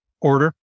order